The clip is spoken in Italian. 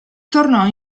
tornò